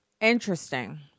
Interesting